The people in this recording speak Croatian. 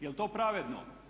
Jel to pravedno?